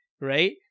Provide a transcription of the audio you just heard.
right